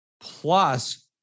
plus